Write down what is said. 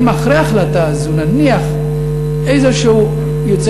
אם אחרי ההחלטה הזאת נניח שאיזה יוצא